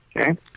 okay